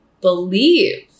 believe